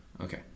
Okay